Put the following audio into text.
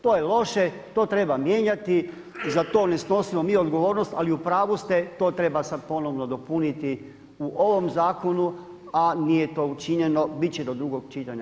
To je loše, to treba mijenjati, za to ne snosimo mi odgovornost ali u pravu ste, to treba sada ponovno dopuniti u ovom zakonu a nije to učinjeno, biti će do drugog čitanja.